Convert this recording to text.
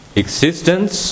existence